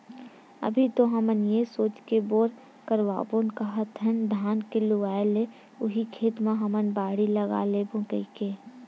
अभी तो हमन ये सोच के बोर करवाबो काहत हन धान के लुवाय ले उही खेत म हमन बाड़ी लगा लेबो कहिके